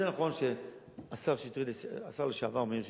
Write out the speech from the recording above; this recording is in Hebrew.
זה נכון שהשר שטרית, השר לשעבר מאיר שטרית,